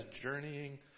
journeying